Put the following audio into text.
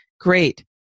great